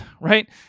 right